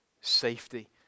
safety